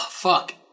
fuck